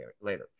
later